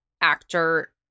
actor